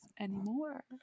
anymore